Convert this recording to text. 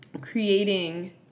creating